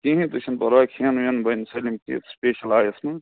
کِہیٖنۍ تہِ چھُنہٕ پرواے کھٮ۪ن وٮ۪ن بَنہِ سٲلِم کیٚنٛہہ سُپیٚشل آیس منٛز